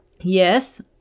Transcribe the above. Yes